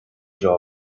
job